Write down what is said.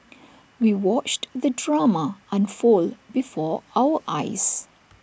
we watched the drama unfold before our eyes